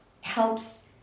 helps